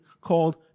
called